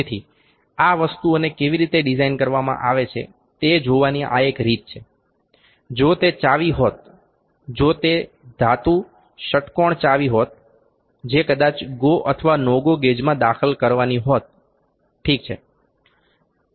તેથી આ વસ્તુઓને કેવી રીતે ડિઝાઇન કરવામાં આવી છે તે જોવાની આ એક રીત છે જો તે ચાવી હોત જો તે ધાતુ ષટ્કોણ ચાવી હોત જે કદાચ ગો અથવા નો ગો ગેજમાં દાખલ કરવાની હોત ઠીક છે